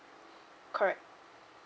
correct